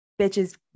bitches